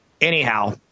Anyhow